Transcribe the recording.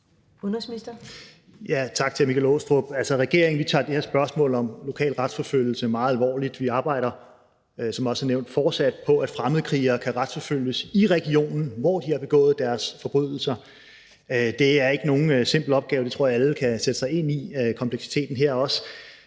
hr. Michael Aastrup Jensen. Regeringen tager det her spørgsmål om lokal retsforfølgelse meget alvorligt. Vi arbejder, som jeg også har nævnt, fortsat på, at fremmedkrigere kan retsforfølges i regionen, hvor de har begået deres forbrydelser. Det er ikke nogen simpel opgave. Jeg tror, at alle kan sætte sig ind i, at det er